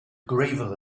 gravel